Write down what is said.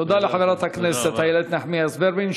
תודה לחברת הכנסת איילת נחמיאס ורבין.